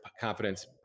Confidence